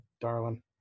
darling